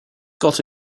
got